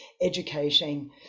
educating